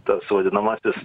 tas vadinamasis